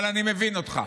אבל אני מבין אותך.